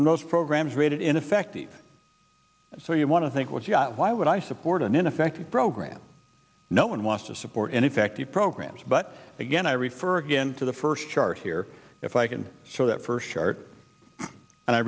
of those programs rated ineffective so you want to think what you got why would i support an ineffective program no one wants to support and effective programs but again i refer again to the first chart here if i can show that first chart and i